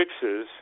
fixes